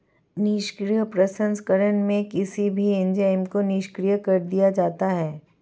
निष्क्रिय प्रसंस्करण में किसी भी एंजाइम को निष्क्रिय कर दिया जाता है